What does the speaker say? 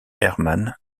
hermann